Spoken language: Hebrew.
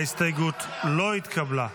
ההסתייגות לא התקבלה.